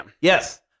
yes